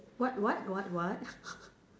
what what what what